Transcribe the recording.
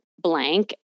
blank